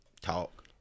talk